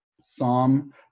Psalm